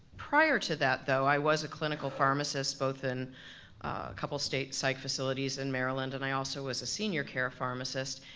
prior to that, though, i was a clinical pharmacist both in a couple state psych facilities in maryland and i also was a senior care pharmacist.